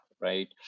right